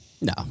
No